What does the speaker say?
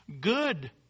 good